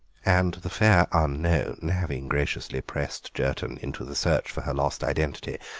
and the fair unknown, having graciously pressed jerton into the search for her lost identity,